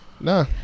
Nah